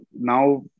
now